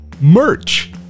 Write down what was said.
merch